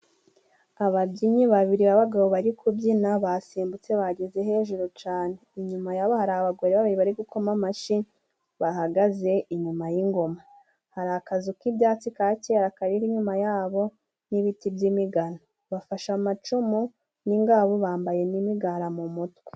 Ababyinnyi babiri b'abagabo bari kubyina basimbutse bageze hejuru cane, inyuma yabo hari abagore babiri bari gukoma amashi bahagaze inyuma y'ingoma, hari akazu k'ibyatsi ka kera kari inyuma yabo n'ibiti by'imigano. Bafashe amacumu n'ingabo, bambaye n'imigara mu mutwe.